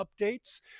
updates